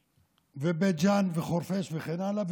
ובית ג'ן וחורפיש וכן הלאה,